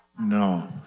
No